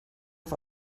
auf